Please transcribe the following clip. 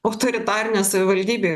autoritarinė savivaldybė